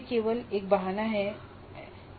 यह केवल एक बहाना और अपकार बन जाता है